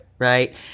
Right